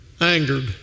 angered